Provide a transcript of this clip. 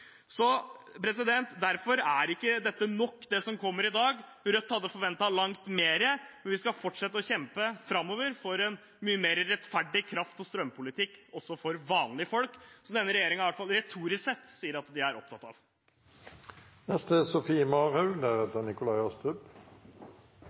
Derfor er det ikke nok, det som kommer i dag. Rødt hadde forventet langt mer. Men vi skal fortsette å kjempe framover for en mye mer rettferdig kraft- og strømpolitikk også for vanlige folk, som denne regjeringen i hvert fall retorisk sett sier at de er opptatt av. Jeg er